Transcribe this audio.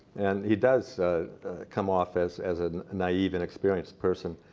and he does come off as as a naive, inexperienced person.